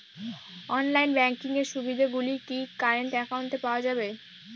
Online banking এর সুবিধে গুলি কি কারেন্ট অ্যাকাউন্টে পাওয়া যাবে?